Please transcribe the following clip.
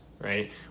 right